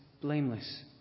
blameless